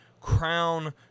Crown